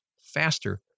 faster